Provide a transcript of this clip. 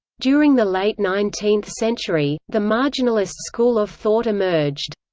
during the late nineteenth century, the marginalist school of thought emerged.